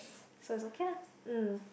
so it's okay lah